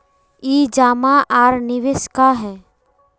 ई जमा आर निवेश का है?